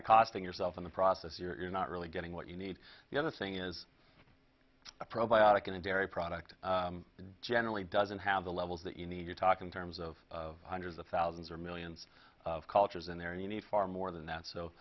of costing yourself in the process you're not really getting what you need the other thing is a probiotic in a dairy product generally doesn't have the levels that you need to talk in terms of hundreds of thousands or millions of cultures in there you need far more than that so